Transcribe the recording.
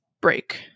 break